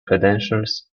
credentials